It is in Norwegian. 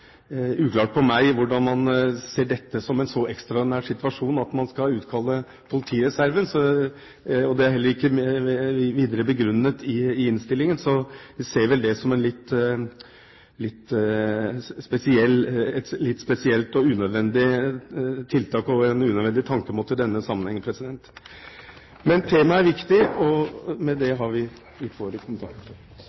uklart for meg hvorfor man ser dette som en så ekstraordinær situasjon at man skal utkalle politireserven, og det er heller ikke videre begrunnet i innstillingen. Vi ser det vel som et litt spesielt og unødvendig tiltak og en unødvendig tankemåte i denne sammenhengen, men temaet er viktig, og med dette har vi gitt våre kommentarer. Som det